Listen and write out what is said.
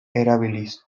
erabiliz